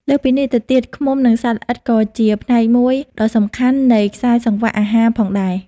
លើសពីនេះទៅទៀត ឃ្មុំ និងសត្វល្អិតក៏ជាផ្នែកមួយដ៏សំខាន់នៃខ្សែសង្វាក់អាហារផងដែរ។